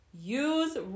use